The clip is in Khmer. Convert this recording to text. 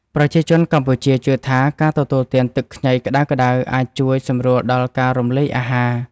ប្រជាជនកម្ពុជាជឿថា ការទទួលទានទឹកខ្ញីក្តៅៗអាចជួយសម្រួលដល់ការរំលាយអាហារ។